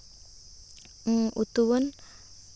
ᱩᱛᱩ ᱵᱚᱱ